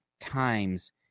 times